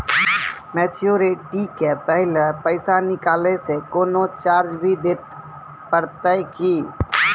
Maturity के पहले पैसा निकालै से कोनो चार्ज भी देत परतै की?